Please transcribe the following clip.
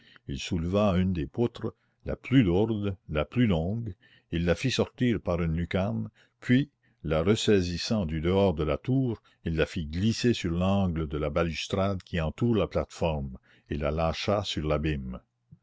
il souleva une des poutres la plus lourde la plus longue il la fit sortir par une lucarne puis la ressaisissant du dehors de la tour il la fit glisser sur l'angle de la balustrade qui entoure la plate-forme et la lâcha sur l'abîme